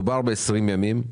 מדובר ב-18 ימים.